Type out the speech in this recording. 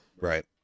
Right